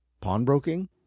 pawnbroking